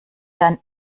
dann